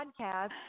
podcast